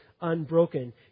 unbroken